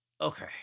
Okay